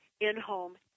in-home